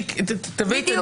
ואתם ככה וככה,